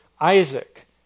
Isaac